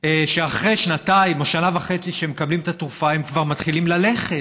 שאחרי שנתיים או שנה וחצי שהם מקבלים את התרופה הם כבר מתחילים ללכת.